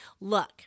Look